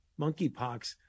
monkeypox